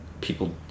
people